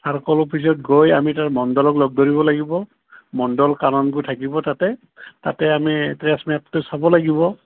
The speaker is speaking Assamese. চাৰ্কল অফিচত গৈ আমি তাৰ মণ্ডলক লগ ধৰিব লাগিব মণ্ডল থাকিব তাতে তাতে আমি ট্ৰেছ মেপটো চাব লাগিব